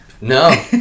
No